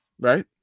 right